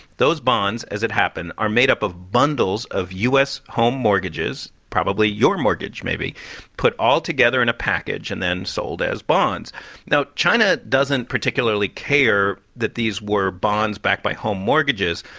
those bonds, as it happen, are made up of bundles of u s. home mortgages probably your mortgage maybe put all together in a package and then sold as bonds now, china doesn't particularly care that these were bonds backed by home mortgages.